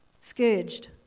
Scourged